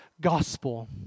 gospel